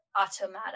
automata